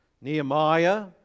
Nehemiah